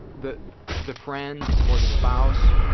the the friend, or the spouse,